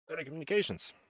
telecommunications